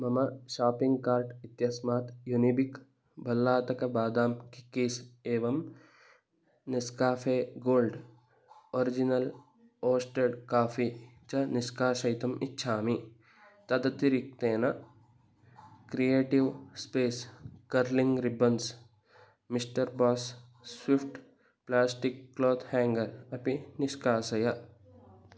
मम shopping cart इत्यस्मात् Unibic भल्लातकबादां किकिस् एवं Nescafe gold original roasted coffee च निष्काषयितुम् इच्छामि तदतिरिक्तेन creative space curling ribbons Mister Bass Swift plastic cloth hanger अपि निष्कासय